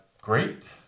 great